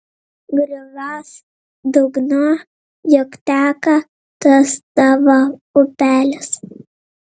griovos dugnu juk teka tas tavo upelis